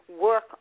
work